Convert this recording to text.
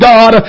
God